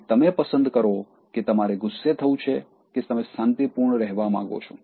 માટે તમે પસંદ કરો કે તમારે ગુસ્સે થવું છે કે તમે શાંતિપૂર્ણ રહેવા માંગો છો